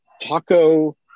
Taco